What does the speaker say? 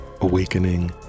awakening